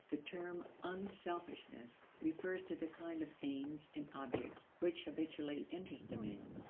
the term unselfishness refers to the kind of aims and objects which habitually interest a man.